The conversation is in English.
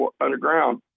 underground